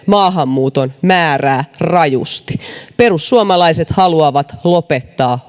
maahanmuuton määrää rajusti perussuomalaiset haluavat lopettaa